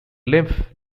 lymph